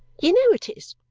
you know it is.